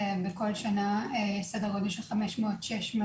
בכל שנה סדר גודל של 500 600,